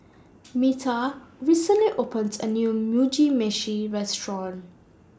Metha recently opened A New Mugi Meshi Restaurant